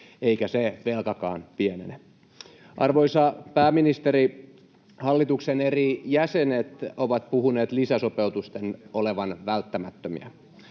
Eikä se velkakaan pienene. Arvoisa pääministeri, hallituksen eri jäsenet ovat puhuneet lisäsopeutusten olevan välttämättömiä.